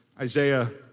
Isaiah